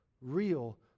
real